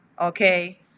Okay